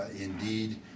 indeed